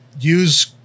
use